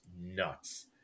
nuts